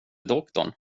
doktorn